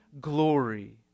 glory